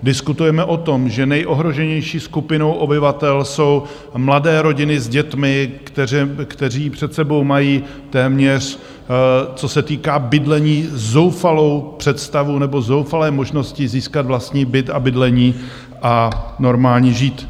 Diskutujeme o tom, že nejohroženější skupinou obyvatel jsou mladé rodiny s dětmi, kteří před sebou mají téměř, co se týká bydlení, zoufalou představu nebo zoufalé možnosti získat vlastní byt a bydlení a normálně žít.